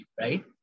Right